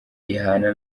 gihana